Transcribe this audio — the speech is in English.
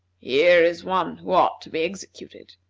here is one who ought to be executed,